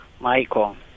Michael